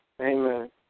Amen